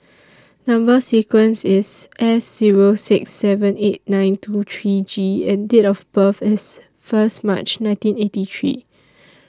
Number sequence IS S Zero six seven eight nine two three G and Date of birth IS First March nineteen eighty three